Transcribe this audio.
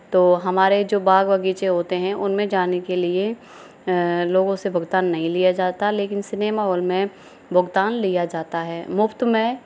तो हमारे जो बाग बगीचे होते हैं उनमें जाने के लिए लोगों से भुगतान नहीं लिया जाता लेकिन सिनेमा हॉल में भुगतान लिया जाता है मुफ़्त में